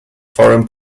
foreign